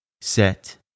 set